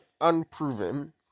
unproven